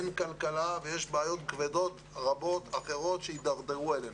אין כלכלה ויש בעיות כבדות רבות אחרות שיידרדרו אליהן.